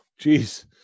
Jeez